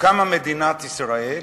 כשקמה מדינת ישראל,